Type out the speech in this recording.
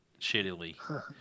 shittily